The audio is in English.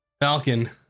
Falcon